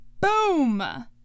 Boom